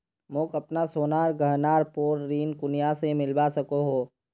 मोक अपना सोनार गहनार पोर ऋण कुनियाँ से मिलवा सको हो?